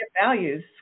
values